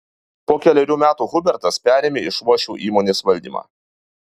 po kelerių metų hubertas perėmė iš uošvio įmonės valdymą